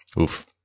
oof